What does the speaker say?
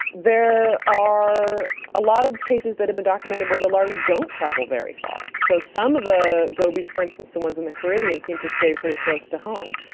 there are a lot of cases that have been documented where the larvae don't travel very far. so some of the gobies, for instance the ones in the caribbean, seem to stay pretty close to home.